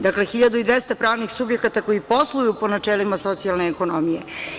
Dakle, 1.200 pravnih subjekata koji posluju po načelima socijalne ekonomije.